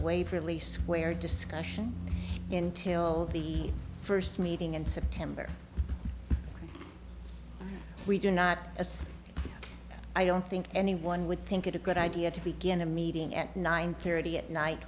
waverley square discussion in till the first meeting in september we do not as i don't think anyone would think it a good idea to begin a meeting at nine thirty at night